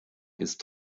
ist